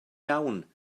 iawn